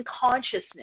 consciousness